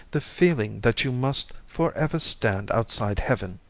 the feeling that you must for ever stand outside heaven.